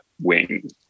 wing